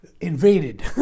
invaded